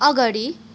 अगाडि